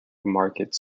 markets